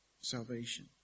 salvation